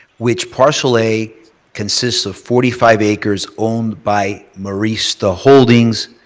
which parcel a consists of forty five acres owned by marista holdings,